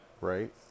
Right